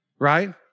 right